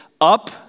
up